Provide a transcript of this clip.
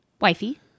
Wifey